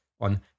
on